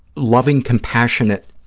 loving, compassionate